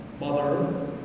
mother